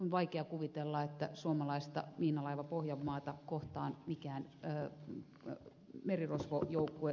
on vaikea kuvitella että suomalaista miinalaiva pohjanmaata kohtaan mikään merirosvojoukkue hyökkäisi